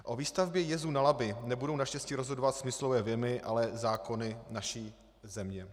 O výstavbě jezu na Labi nebudou naštěstí rozhodovat smyslové vjemy, ale zákony naší země.